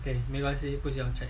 没关系我也想 check